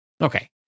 Okay